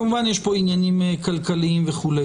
כמובן שיש פה עניינים כלכליים וכו'.